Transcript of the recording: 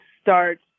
start